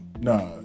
Nah